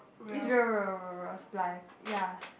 it's real real real real life ya